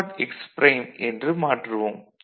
x prime என்று மாற்றுவோம்